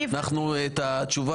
אנחנו כמובן